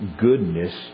goodness